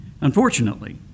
Unfortunately